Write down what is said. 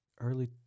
early